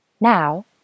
Now